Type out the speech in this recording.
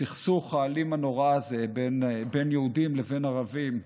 בסכסוך האלים הנורא הזה בין יהודים לבין ערבים,